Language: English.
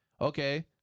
Okay